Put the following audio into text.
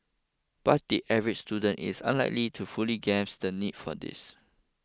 but the average student is unlikely to fully grasp the need for this